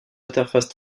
interface